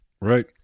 right